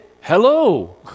hello